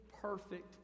perfect